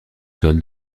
sol